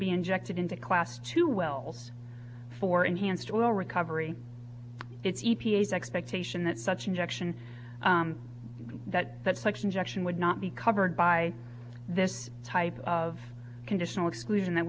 be injected into class two well for enhanced oil recovery it c p s expectation that such injection that that such injection would not be covered by this type of conditional exclusion that